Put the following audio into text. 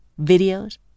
videos